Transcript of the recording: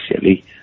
silly